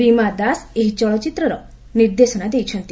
ରୀମା ଦାସ ଏହି ଚଳଚ୍ଚିତ୍ରର ନିର୍ଦ୍ଦେଶନା ଦେଇଛନ୍ତି